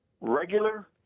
regular